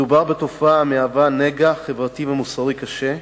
מדובר בתופעה המהווה נגע חברתי ומוסרי קשה,